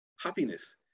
Happiness